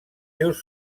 seus